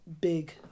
big